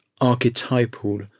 archetypal